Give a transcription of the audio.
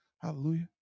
Hallelujah